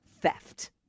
theft